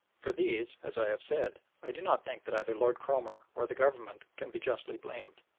for these, as i have said, i do not think that either lord cromer or the government can be justly blamed.